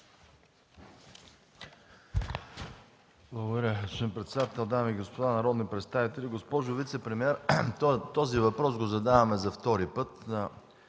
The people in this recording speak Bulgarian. Благодаря, господин председател. Дами и господа народни представители! Госпожо вицепремиер, този въпрос го задаваме за втори път.